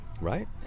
right